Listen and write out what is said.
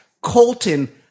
Colton